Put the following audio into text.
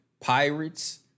Pirates